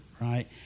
right